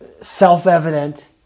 Self-evident